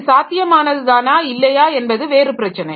இது சாத்தியமானதுதானா இல்லையா என்பது வேறு பிரச்சனை